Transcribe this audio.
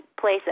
place